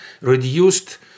reduced